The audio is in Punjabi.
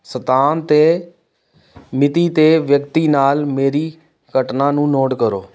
ਸਥਾਨ ਅਤੇ ਮਿਤੀ ਅਤੇ ਵਿਅਕਤੀ ਨਾਲ ਮੇਰੀ ਘਟਨਾ ਨੂੰ ਨੋਟ ਕਰੋ